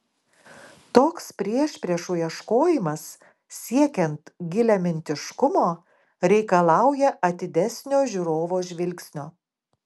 toks priešpriešų ieškojimas siekiant giliamintiškumo reikalauja atidesnio žiūrovo žvilgsnio